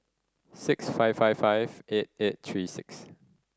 six five five five eight eight three six